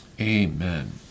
Amen